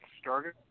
started